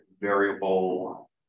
variable